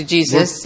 Jesus